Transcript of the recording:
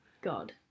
God